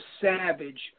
Savage